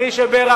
מי שבירך.